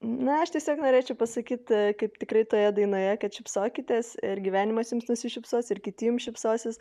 na aš tiesiog norėčiau pasakyt kaip tikrai toje dainoje kad šypsokitės ir gyvenimas jums nusišypsos ir kiti jums šypsosis